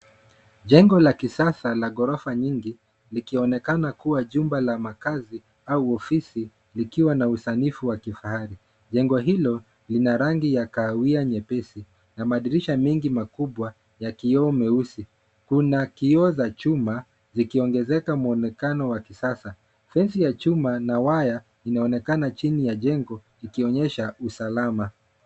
Jengo la kisasa la ghorofa nyingi likionekana kuwa jumba la makazi au ofisi likiwa na usanifu wa kifahari. Jengo hilo lina rangi ya kahawia nyepesi na madirisha mengi makubwa ya kioo meusi. Kuna kioo za chuma likiongezeka muonekano wa kisasa.(cs) fence (cs) ya chuma na waya inaonekana chini ya jengo ikionyesha usalama.